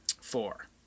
four